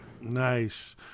Nice